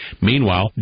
Meanwhile